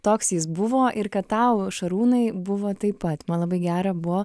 toks jis buvo ir kad tau šarūnai buvo taip pat man labai gera buvo